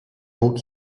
bóg